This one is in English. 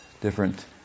different